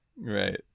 Right